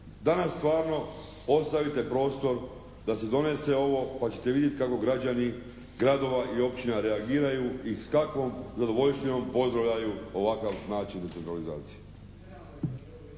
Danas stvarno ostavite prostor da se donese ovo pa ćete vidjeti kako građani gradova i općina reagiraju i s kakvom zadovoljštinom pozdravljaju ovakav način decentralizacije.